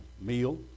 meal